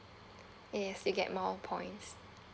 yes you get more points